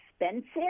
expensive